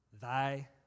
thy